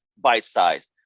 bite-sized